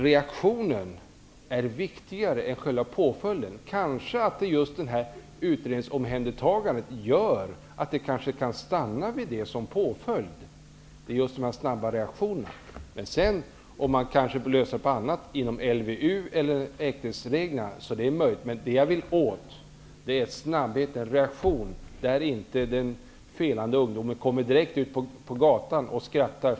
Reaktionen är viktigare än själva påföljden. Just utredningsomhändertagandet gör kanske att det kan stanna vid det som påföljd. Det är möjligt att sedan tillämpas LVU eller häktningsreglerna, men det jag vill åstadkomma är att det blir en snabb reaktion, så att inte den felande ungdomen kommer direkt ut på gatan och skrattar.